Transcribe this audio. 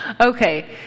Okay